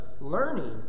learning